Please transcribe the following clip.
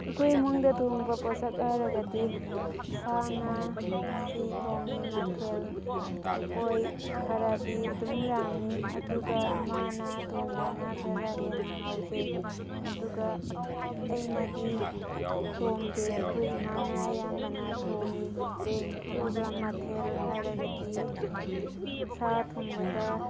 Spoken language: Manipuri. ꯑꯩꯈꯣꯏ ꯏꯃꯨꯡꯗ ꯊꯣꯡꯕ ꯄꯣꯠꯁꯛ ꯍꯥꯏꯔꯒꯗꯤ ꯁꯥ ꯉꯥ ꯁꯤ ꯊꯣꯡꯉꯤ ꯃꯊꯦꯜ ꯂꯨꯀꯣꯏ ꯈꯔꯗꯤ ꯑꯗꯨꯝ ꯌꯥꯝꯃꯤ ꯑꯗꯨꯒ ꯏꯃꯥꯅ ꯊꯣꯡꯕꯅ ꯈꯔ ꯍꯦꯟꯅ ꯍꯥꯎꯖꯩ ꯑꯗꯨꯒ ꯑꯩꯅꯗꯤ ꯊꯣꯡꯗꯦ ꯑꯩꯈꯣꯏ ꯏꯃꯥꯅ ꯑꯌꯥꯝꯕꯅ ꯊꯣꯡꯉꯤ ꯑꯗꯨꯒ ꯃꯊꯦꯜ ꯍꯥꯏꯔꯒꯗꯤ ꯁꯥ ꯊꯣꯡꯕꯗ